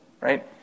Right